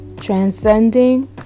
transcending